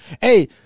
hey